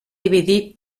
dividir